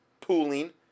Pooling